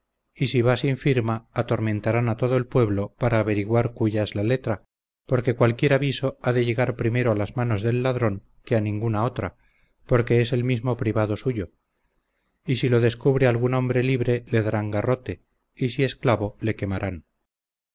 y si va sin firma atormentarán a todo el pueblo para averiguar cuya es la letra porque cualquier aviso ha de llegar primero a las manos del ladrón que a otra ninguna porque es el mismo privado suyo y si lo descubre algún hombre libre le darán garrote y si esclavo le quemarán